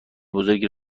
بزرگی